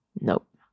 nope